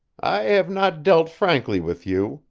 i have not dealt frankly with you,